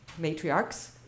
matriarchs